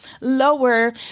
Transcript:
lower